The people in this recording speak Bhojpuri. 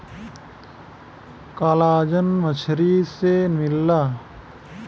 कॉलाजन मछरी से मिलला